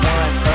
one